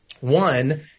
One